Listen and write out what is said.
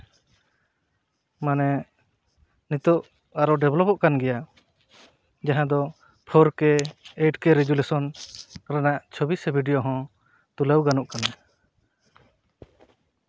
ᱢᱟᱱᱮ ᱱᱤᱛᱳᱜ ᱟᱨᱚ ᱰᱮᱵᱷᱞᱚᱯᱚᱜ ᱠᱟᱱ ᱜᱮᱭᱟ ᱡᱟᱦᱟᱸ ᱫᱚ four K eight K resolution ᱨᱮᱱᱟᱜ ᱪᱷᱚᱵᱤ ᱥᱮ ᱵᱷᱤᱰᱭᱳ ᱦᱚᱸ ᱛᱩᱞᱟᱹᱣ ᱜᱟᱱᱚᱜ ᱠᱟᱱᱟ